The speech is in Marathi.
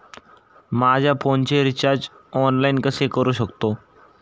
माझ्या फोनचे रिचार्ज ऑनलाइन कसे करू शकतो?